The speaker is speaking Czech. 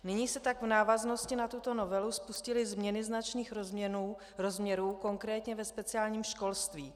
Nyní se tak v návaznosti na tuto novelu spustily změny značných rozměrů, konkrétně ve speciálním školství.